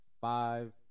five